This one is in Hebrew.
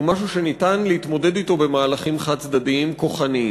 הוא משהו שניתן להתמודד אתו במהלכים חד-צדדיים כוחניים,